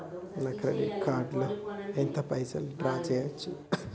నా credit card లో ఎంత పైసల్ డ్రా చేయచ్చు?